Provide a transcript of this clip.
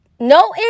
no